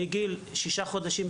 עגל בגיל 6 חודשים,